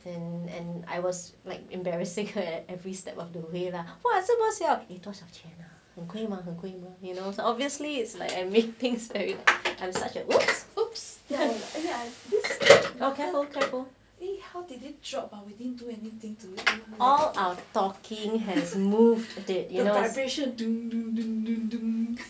and and I was like embarrassing her at every step of the way lah !wah! I suppose !wah! 这么小要多少钱很贵吗很贵吗 you know so obviously it's like make things very I'm such a !oops! this careful careful all our talking had moved it